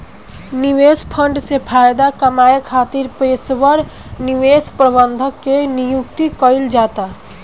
निवेश फंड से फायदा कामये खातिर पेशेवर निवेश प्रबंधक के नियुक्ति कईल जाता